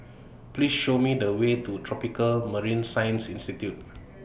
Please Show Me The Way to Tropical Marine Science Institute